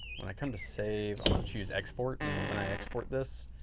when i come to save, i'm going to choose export. and when i export this,